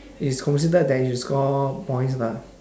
it's considered that you score points lah